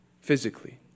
physically